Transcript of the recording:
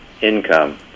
income